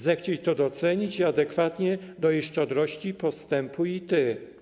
Zechciej to docenić i adekwatnie do jej szczodrości postępuj i ty.